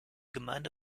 gemeinde